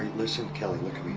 listen, kelly. look at me.